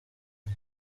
iri